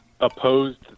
opposed